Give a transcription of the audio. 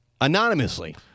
anonymously